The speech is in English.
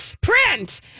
print